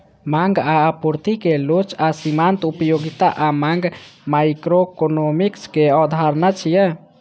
मांग आ आपूर्ति के लोच आ सीमांत उपयोगिता आ मांग माइक्रोइकोनोमिक्स के अवधारणा छियै